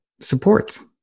supports